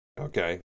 Okay